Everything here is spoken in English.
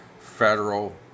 federal